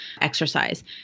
exercise